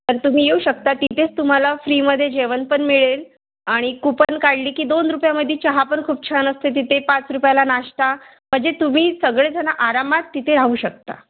पण तुम्ही येऊ शकता तिथेच तुम्हाला फ्रीमध्ये जेवण पण मिळेल आणि कूपन काढली की दोन रुपयामध्ये चहा पण खूप छान असते तिथे पाच रुपयाला नाष्टा म्हणजे तुम्ही सगळेजणं आरामात तिथे राहू शकता